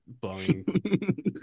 blowing